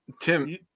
Tim